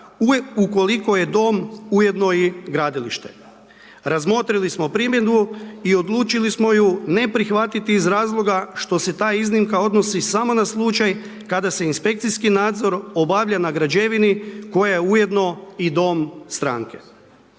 ukoliko je dom ujedno i gradilište. Razmotrili smo primjedbu i odlučili smo ju neprihvatiti iz razloga što se ta iznimka odnosi samo na slučaj kada se inspekcijski nadzor obavlja na građevini koja je ujedno i dom stranke.